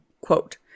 quote